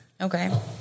Okay